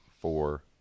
four